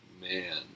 man